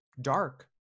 dark